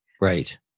Right